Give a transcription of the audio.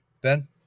ben